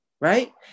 right